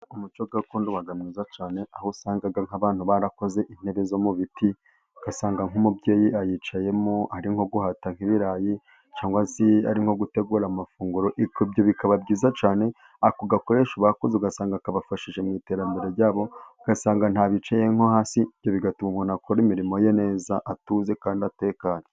Umuco gakondo uba mwiza cyane aho usangag nk'abantu barakoze intebe zo mu biti, ugasanga nk'umubyeyi ayicayemo ari nko guhata nk'ibirayi cyangwa ari nko gutegura amafunguro bikaba byiza cyane. Ako gakoresho bakoze ugasanga kabafashije mu iterambere ryabo, ugasanga ntibicaye nko hasi. Ibyo bigatuma umuntu akora imirimo ye neza atuje kandi atekanye.